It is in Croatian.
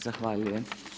Zahvaljujem.